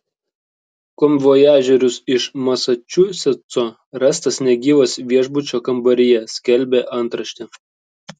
komivojažierius iš masačusetso rastas negyvas viešbučio kambaryje skelbė antraštė